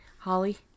Holly